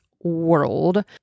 World